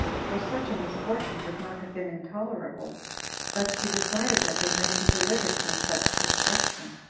for such a misfortune would not have been intolerable but she desired that they might be delivered from such destruction.